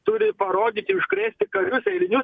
turi parodyti užkrėsti karius eilinius